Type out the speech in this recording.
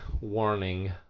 warning